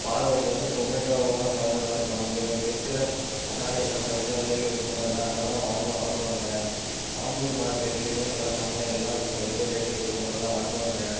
பாலகோட்டில் வந்து டொமேட்டோ தான் ஃபேமஸாக இருக்கும் அங்கே இருக்கிற தக்காளியெல்லாம் கொறைஞ்ச விலையில இருக்கும் எல்லாம் அங்கே தான் வாம்மா வாங்குவாங்க ஆம்பூர் மார்க்கெட்லேயும் எல்லாம் சந்தை எல்லாம் கொறைஞ்ச ரேட்டில் இருக்கும் எல்லாம் வாங்குவாங்க